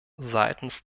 seitens